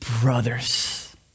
brothers